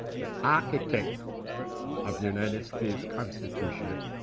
the architect of the united states constitution,